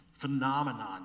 phenomenon